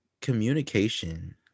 communication